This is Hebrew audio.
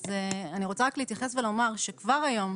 אני רוצה להתייחס ולומר שכבר היום,